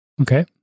Okay